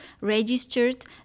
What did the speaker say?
registered